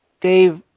Dave